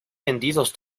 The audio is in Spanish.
vendidos